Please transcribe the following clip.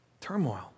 Turmoil